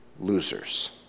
losers